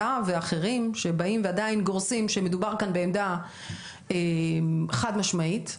ואחרים שעדיין גורסים שמדובר כאן בעמדה חד משמעית,